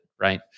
right